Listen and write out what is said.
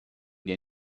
der